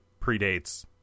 predates